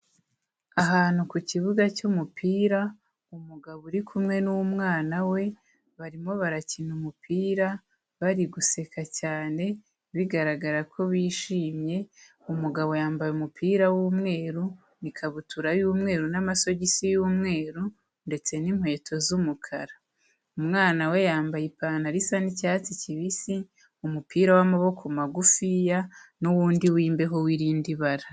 Ahantu ku kibuga cy'umupira, umugabo uri kumwe n'umwana we, barimo barakina umupira bari guseka cyane, bigaragara ko bishimye, umugabo yambaye umupira w'umweru, ikabutura y'umweru n'amasogisi y'umweru, ndetse n'inkweto z'umukara, umwana we yambaye ipantaro isa n'icyatsi kibisi, umupira w'amaboko magufi ya, n'uwundi w'imbeho w'irindi bara.